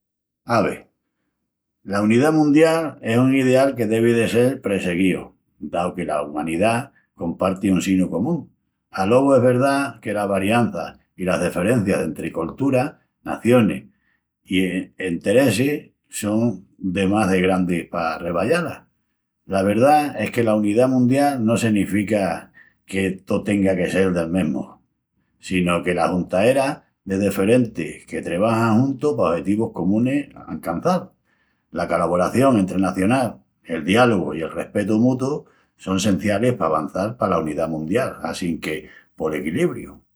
Ave, la unidá mundial es un ideal que devi de sel pressiguíu, dau que la umanidá comparti un sinu común. Alogu es verdá que la variança i las deferencias dentri colturas, nacionis i enteressis son de más de grandis pa reballá-las. La verdá es que la unidá mundial no senifica que to tenga que sel del mesmu, sino que la juntaera de deferentis que trebajan juntus pa ojetivus comunis ancançal. La calavoración entrenacional, el diálogu i el respetu mutu son sencialis pa avançal pala unidá mundial assinque, pol equilibriu!